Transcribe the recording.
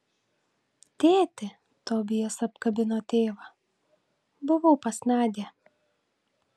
tėti tobijas apkabino tėvą buvau pas nadią